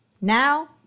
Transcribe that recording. Now